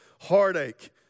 heartache